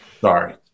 Sorry